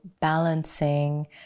balancing